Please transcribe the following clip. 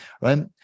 Right